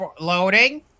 Loading